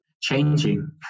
changing